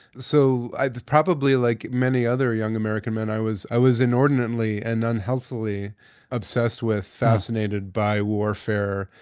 so i've probably, like many other young american men, i was i was inordinately and unhealthily obsessed with, fascinated by, warfare,